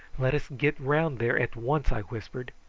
let us get round there at once, i whispered,